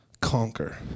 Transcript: conquer